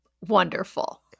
wonderful